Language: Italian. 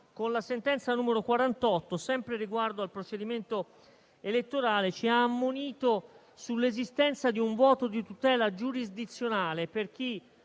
(la n. 48), che, sempre riguardo al procedimento elettorale, ci ha ammonito sull'esistenza di un vuoto di tutela giurisdizionale per chi